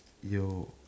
yo